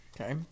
Okay